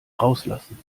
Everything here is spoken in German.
rauslassen